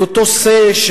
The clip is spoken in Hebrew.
את אותו שה,